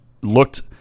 looked